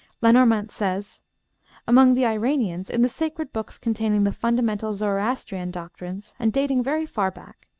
lenormant says among the iranians, in the sacred books containing the fundamental zoroastrian doctrines, and dating very far back,